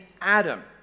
Adam